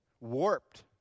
warped